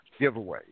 giveaways